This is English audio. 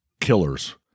Killers